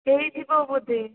ହୋଇଥିବ ବୋଧେ